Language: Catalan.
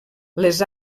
les